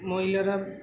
মহিলারা